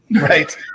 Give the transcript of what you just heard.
Right